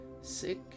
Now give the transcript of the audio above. Sick